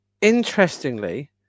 Interestingly